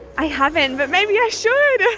i haven't, but maybe i should!